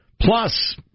Plus